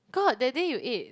got that day you ate